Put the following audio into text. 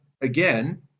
again